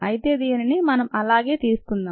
అయితే దీనిని మనం అలాగే తీసుకుందాం